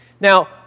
Now